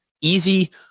easy